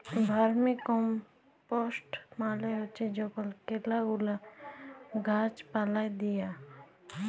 vermicompost মালে হছে যখল কেঁচা গুলা গাহাচ পালায় দিয়া